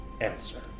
answer